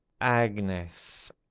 Agnes